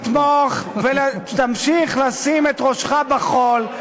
תמשיך לתמוך ותמשיך לשים את ראשך בחול,